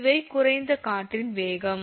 இவை குறைந்த காற்றின் வேகம்